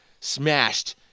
smashed